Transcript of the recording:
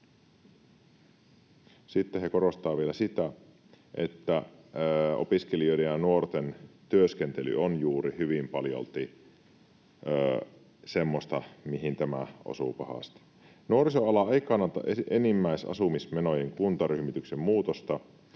Sitten he korostavat vielä sitä, että opiskelijoiden ja nuorten työskentely on juuri hyvin paljolti semmoista, mihin tämä osuu pahasti. ”Nuorisoala ei kannata enimmäisasumismenojen kuntaryhmityksen muutosta,